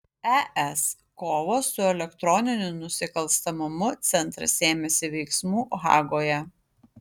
es kovos su elektroniniu nusikalstamumu centras ėmėsi veiksmų hagoje